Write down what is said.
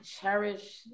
cherish